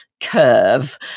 curve